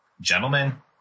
gentlemen